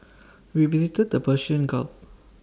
we visited the Persian gulf